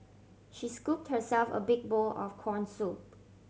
she scooped herself a big bowl of corn soup